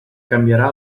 canviarà